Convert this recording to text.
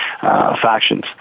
factions